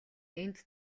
энд